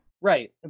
right